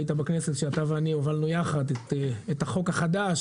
היית בכנסת כשאתה ואני הובלנו יחד את החוק החדש